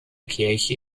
kirche